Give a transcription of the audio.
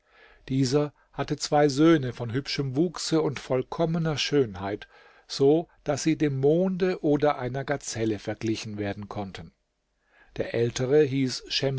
dieser hatte zwei söhne von hübschem wuchse und vollkommener schönheit so daß sie dem monde oder einer gazelle verglichen werden konnten der ältere hieß